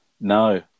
No